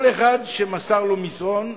כל אחד שנמסר לו מסרון,